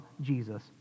Jesus